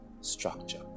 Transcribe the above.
Structure